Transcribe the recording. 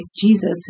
Jesus